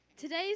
Today's